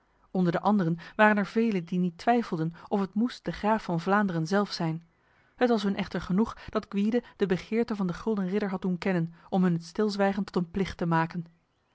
onder de anderen waren er vele die niet twijfelden of het moest de graaf van vlaanderen zelf zijn het was hun echter genoeg dat gwyde de begeerte van de gulden ridder had doen kennen om hun het stilzwijgen tot een plicht te maken